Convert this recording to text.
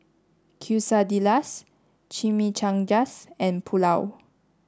Quesadillas Chimichangas and Pulao